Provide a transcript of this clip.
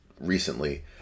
recently